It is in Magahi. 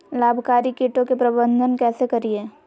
लाभकारी कीटों के प्रबंधन कैसे करीये?